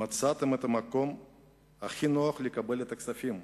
מצאתם את המקום הכי נוח לקבל את הכספים,